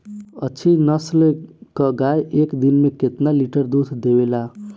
अच्छी नस्ल क गाय एक दिन में केतना लीटर दूध देवे ला?